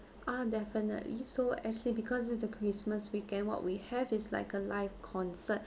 ah definitely so actually because is the christmas weekend what we have is like a live concert